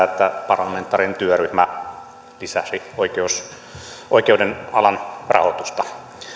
että parlamentaarinen työryhmä lisäsi oikeuden alan rahoitusta